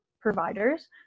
providers